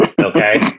Okay